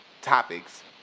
topics